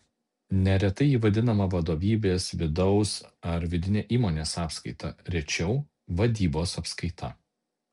neretai ji vadinama vadovybės vidaus ar vidine įmonės apskaita rečiau vadybos apskaita